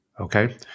okay